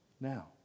now